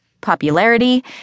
popularity